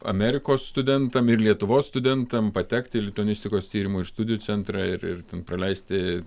amerikos studentam ir lietuvos studentam patekti į lituanistikos tyrimo ir studijų centrą ir ten praleisti